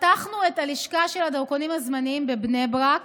פתחנו את הלשכה של הדרכונים הזמניים בבני ברק